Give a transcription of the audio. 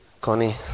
Connie